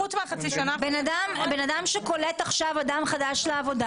בן אדם שקולט עכשיו אדם חדש לעבודה